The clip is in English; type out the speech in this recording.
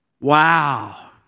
Wow